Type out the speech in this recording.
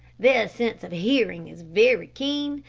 their sense of hearing is very keen,